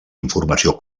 informació